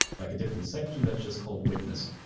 like a different section that's just called witness,